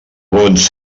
bons